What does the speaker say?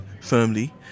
firmly